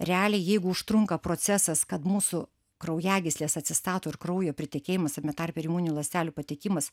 realiai jeigu užtrunka procesas kad mūsų kraujagyslės atsistato ir kraujo pritekėjimas tame tarpe ir imuninių ląstelių patekimas